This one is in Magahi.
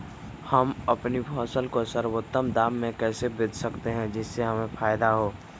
हम अपनी फसल को सर्वोत्तम दाम में कैसे बेच सकते हैं जिससे हमें फायदा हो?